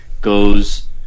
goes